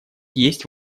есть